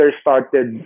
started